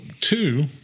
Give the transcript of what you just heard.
two